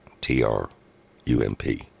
T-R-U-M-P